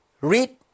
read